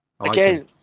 Again